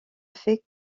fait